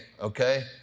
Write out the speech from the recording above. okay